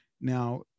Now